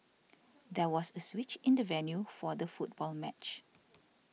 there was a switch in the venue for the football match